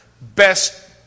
Best